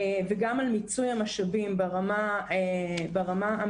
וגם על מיצוי המשאבים ברמה המקומית,